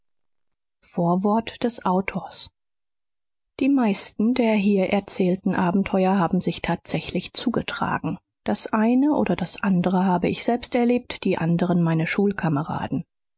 vorwort des autors die meisten der hier erzählten abenteuer haben sich tatsächlich zugetragen das eine oder das andere habe ich selbst erlebt die anderen meine schulkameraden